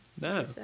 No